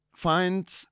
Find